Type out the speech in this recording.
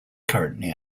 currently